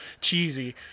Cheesy